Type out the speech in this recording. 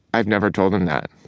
i've never told him that